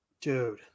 dude